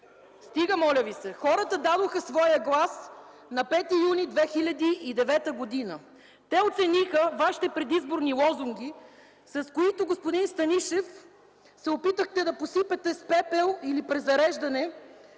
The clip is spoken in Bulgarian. Стига, моля ви се! Хората дадоха своя глас на 5 юли 2009 г. Те оцениха вашите предизборни лозунги, с които, господин Станишев, се опитахте да ни посипете с пепел или презареждане.